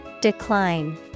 Decline